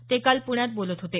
ते काल पूण्यात बोलत होते